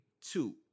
Two